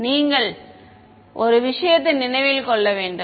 எனவே நீங்கள் ஒரு விஷயத்தை நினைவில் கொள்ள வேண்டும்